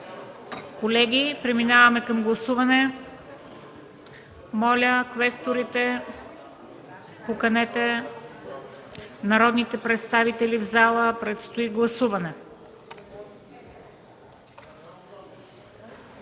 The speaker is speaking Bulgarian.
Колеги, преминаваме към гласуване. Моля, квесторите, поканете народните представители в залата, предстои гласуване.